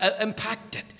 impacted